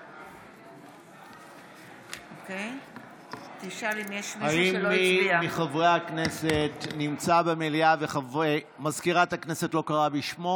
בעד האם מי מחברי הכנסת נמצא במליאה ומזכירת הכנסת לא קראה בשמו